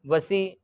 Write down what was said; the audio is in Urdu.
وسیع